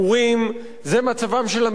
זה מצבם של המקלטים.